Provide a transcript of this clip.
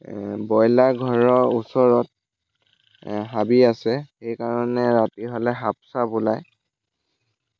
broiler ঘৰৰ ওচৰত হাবি আছে সেইকাৰণে ৰাতি হ'লে সাপ চাপ ওলায়